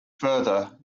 further